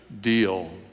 deal